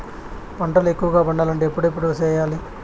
పంటల ఎక్కువగా పండాలంటే ఎప్పుడెప్పుడు సేయాలి?